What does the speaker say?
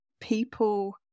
people